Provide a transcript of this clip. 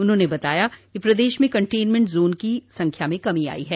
उन्होंन बताया कि प्रदेश में कंटेनमेंट जोन की संख्या में कमी आई है